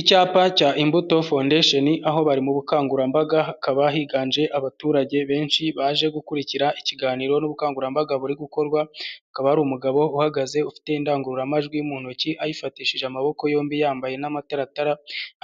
Icyapa cya Imbuto Foundation aho bari mu bukangurambaga hakaba higanje abaturage benshi baje gukurikira ikiganiro n'ubukangurambaga buri gukorwa, hakaba hari umugabo uhagaze ufite indangururamajwi mu ntoki ayifatishije amaboko yombi yambaye n'amataratara